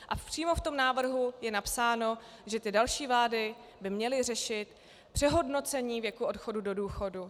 A přímo v tom návrhu je napsáno, že ty další vlády by měly řešit přehodnocení věku odchodu do důchodu.